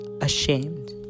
ashamed